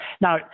Now